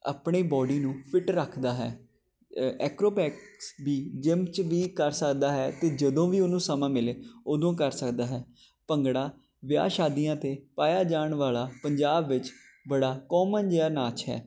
ਆਪਣੀ ਬੋਡੀ ਨੂੰ ਫਿੱਟ ਰੱਖਦਾ ਹੈ ਐਕਰੋਬੈਕਸ ਵੀ ਜਿਮ 'ਚ ਵੀ ਕਰ ਸਕਦਾ ਹੈ ਅਤੇ ਜਦੋਂ ਵੀ ਉਹਨੂੰ ਸਮਾਂ ਮਿਲੇ ਉਦੋਂ ਕਰ ਸਕਦਾ ਹੈ ਭੰਗੜਾ ਵਿਆਹ ਸ਼ਾਦੀਆਂ 'ਤੇ ਪਾਇਆ ਜਾਣ ਵਾਲਾ ਪੰਜਾਬ ਵਿੱਚ ਬੜਾ ਕੋਮਨ ਜਿਹਾ ਨਾਚ ਹੈ